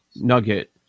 nugget